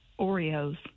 oreos